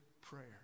prayer